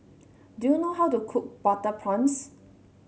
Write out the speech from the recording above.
do you know how to cook Butter Prawns